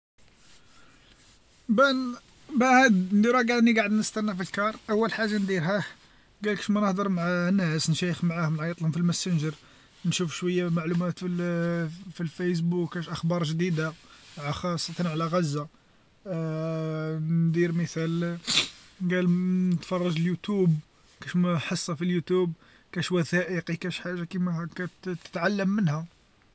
بان بعد راني قاعد نستنى في الكار، أول حاجه نديرها قال كاش مانهدر مع ناس نشيخ معاهم نعيطلهم في الميسنجر، نشوف شويا معلومات فالفايسبوك كاش أخبار جديدا على سكان تع غزا ندير مثال قال نتفرج اليوتوب كاش ما حصه في اليوتوب كاش وثائقي كاش حاجه كيما هاكا ت-تعلم منها.